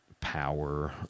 power